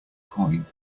coin